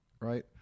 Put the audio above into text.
right